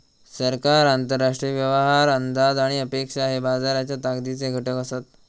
सरकार, आंतरराष्ट्रीय व्यवहार, अंदाज आणि अपेक्षा हे बाजाराच्या ताकदीचे घटक असत